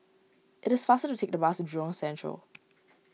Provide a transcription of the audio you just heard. it is faster to take the bus to Jurong Central